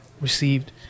received